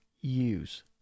use